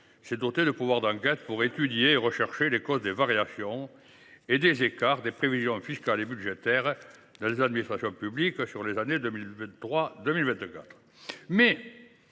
aux commissions d’enquête pour étudier et rechercher les causes des variations et des écarts des prévisions fiscales et budgétaires dans les administrations publiques sur les années 2023 2024. Face